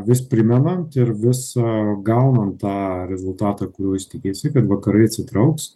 vis primenant ir vis gaunant tą rezultatą kur jis tikisi kad vakarai atsitrauks